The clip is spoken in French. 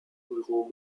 ruraux